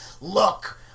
Look